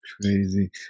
crazy